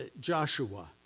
Joshua